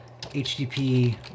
HTTP